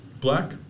Black